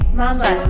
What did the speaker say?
mama